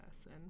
person